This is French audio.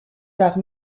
par